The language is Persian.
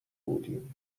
بودیم